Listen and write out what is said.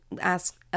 ask